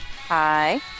Hi